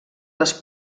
les